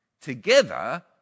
together